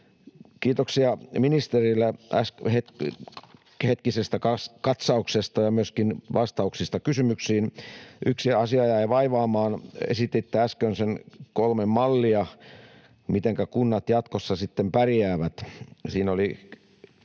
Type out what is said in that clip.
Kiitoksia ministerille äskeisestä katsauksesta ja myöskin vastauksista kysymyksiin. Yksi asia jäi vaivaamaan: Esititte äsken kolme mallia, mitenkä kunnat jatkossa sitten pärjäävät.